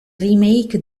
remake